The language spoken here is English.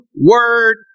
word